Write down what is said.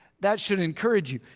that should encourage you.